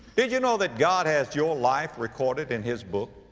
did you know that god has your life recorded in his book?